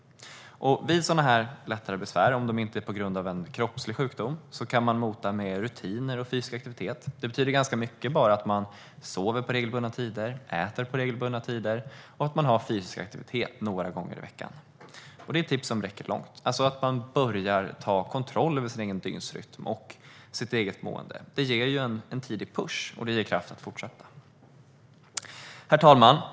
Sådana här lättare besvär kan man, om de inte beror på en kroppslig sjukdom, mota med rutiner och fysisk aktivitet. Det betyder mycket bara att man sover och äter på regelbundna tider och har fysisk aktivitet några gånger i veckan. Detta är tips som räcker långt - att man börjar ta kontroll över sin egen dygnsrytm och sitt eget mående. Det ger en tidig push och kraft att fortsätta. Herr talman!